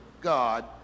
God